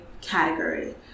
category